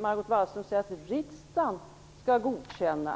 Margot Wallström säger att riksdagen skall godkänna.